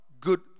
Good